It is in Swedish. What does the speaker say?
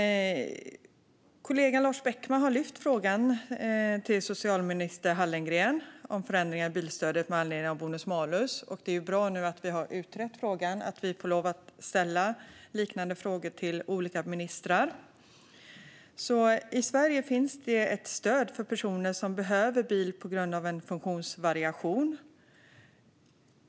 Kollegan Lars Beckman har ställt en fråga till socialminister Hallengren om förändringar i bilstödet med anledning av bonus-malus. Det är bra att talmannen nu har utrett frågan och sagt att vi får ställa liknande frågor till olika ministrar. I Sverige finns det ett stöd för personer som behöver bil på grund av en funktionsvariation.